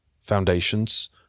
foundations